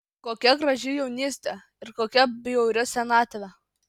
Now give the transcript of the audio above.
kokia graži jaunystė ir kokia bjauri senatvė